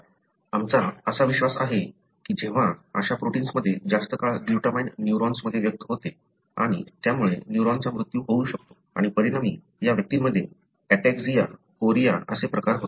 आमचा असा विश्वास आहे की जेव्हा अशा प्रोटिन्सनांमध्ये जास्त काळ ग्लूटामाइन न्यूरॉन्समध्ये व्यक्त होते आणि त्यामुळे न्यूरॉनचा मृत्यू होऊ शकतो आणि परिणामी या व्यक्तींमध्ये ऍटॅक्सिया कोरिया असे प्रकार होतात